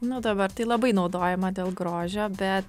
nu dabar tai labai naudojama dėl grožio bet